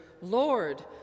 lord